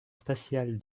spatial